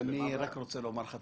גם את